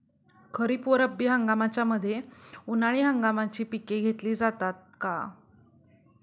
खरीप व रब्बी हंगामाच्या मध्ये उन्हाळी हंगामाची पिके घेतली जातात का?